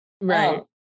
Right